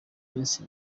iminsi